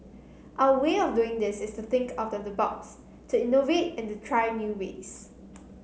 our way of doing this is to think out of the box to innovate and to try new ways